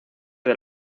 del